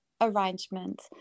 arrangement